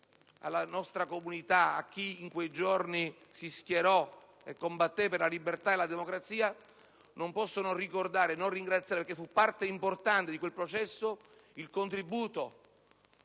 alla nostra comunità, a chi in quei giorni si schierò e combatté per la libertà e la democrazia, non posso non ricordare, perché fu parte importante di quel processo, il contributo